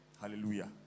Hallelujah